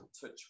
Touch